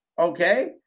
okay